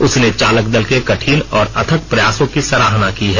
उसने चालक दल के कठिन और अथक प्रयासों की सराहना की है